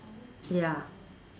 ya